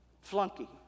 flunky